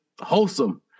wholesome